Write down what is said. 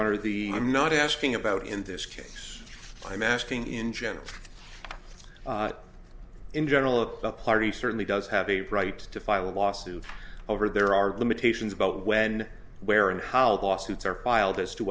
honor the i'm not asking about in this case i'm asking in general in general up the party certainly does have a right to file a lawsuit over there are limitations about when where and how lawsuits are filed as to